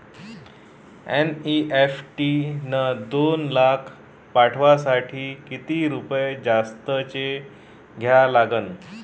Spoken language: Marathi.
एन.ई.एफ.टी न दोन लाख पाठवासाठी किती रुपये जास्तचे द्या लागन?